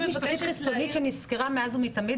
יועצת משפטית חיצונית שנשכרה מאז מתמיד